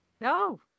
No